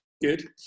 good